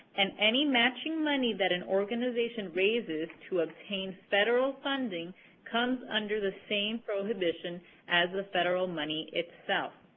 and any matching money that an organization raises to obtain federal funding comes under the same prohibition as the federal money itself.